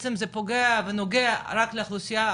שבעצם זה פוגע ונוגע רק לאוכלוסייה,